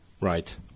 Right